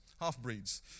half-breeds